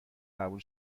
قبول